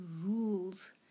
rules